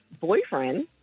boyfriend